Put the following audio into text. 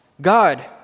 God